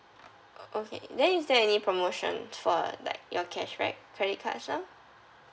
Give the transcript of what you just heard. o~ okay then is there any promotion for like your cashback credit cards now